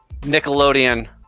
Nickelodeon